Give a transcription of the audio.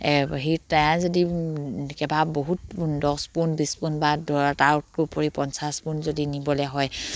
সি তাই যদি কিবা বহুত দহ পোন বিছ পোন বা তাৰ উপৰি পঞ্চাছ পোন যদি নিবলৈ হয়